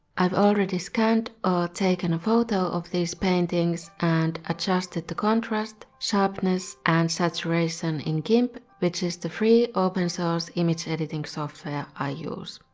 i've already scanned or taken a photo of these paintings and adjusted the contrast, sharpness and saturation on gimp, which is the free open source image editing software i use.